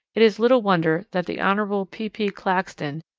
it is little wonder that the hon. p. p. claxton,